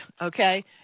okay